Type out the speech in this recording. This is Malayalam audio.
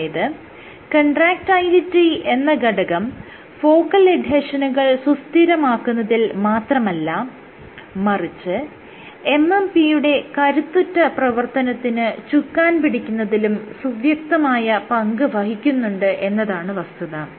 അതായത് കൺട്രാക്ടയിലിറ്റി എന്ന ഘടകം ഫോക്കൽ എഡ്ഹെഷനുകൾ സുസ്ഥിരമാക്കുന്നതിൽ മാത്രമല്ല മറിച്ച് MMP യുടെ കരുത്തുറ്റ പ്രവർത്തനത്തിന് ചുക്കാൻ പിടിക്കുന്നതിലും സുവ്യക്തമായ പങ്ക് വഹിക്കുന്നുണ്ട് എന്നതാണ് വസ്തുത